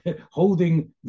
holding